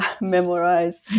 memorize